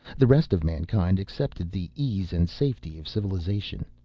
the rest of mankind accepted the ease and safety of civilization,